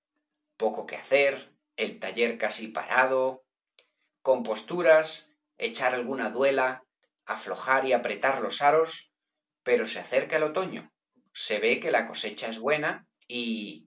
poco que hacer el taller casi parado composturas echar alguna duela aflojar y apretar los aros pero se acerca el otoño se ve que la cosecha es buena y